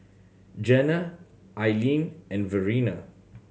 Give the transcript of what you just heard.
Janna Ailene and Verena